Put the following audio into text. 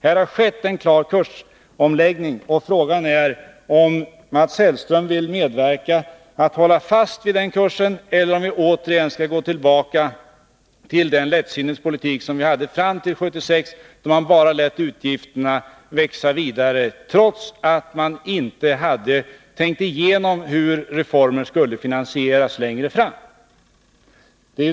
Här har skett en klar kursomläggning, och frågan är om Mats Hellström vill medverka till att hålla fast vid den nya kursen, eller om vi återigen skall gå tillbaka till den lättsinnets politik som fördes fram till 1976, då man bara lät utgifterna växa vidare trots att man inte hade tänkt igenom hur reformer skulle finansieras längre fram.